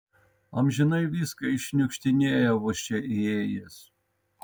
amžinai viską iššniukštinėja vos čia įėjęs